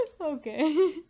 Okay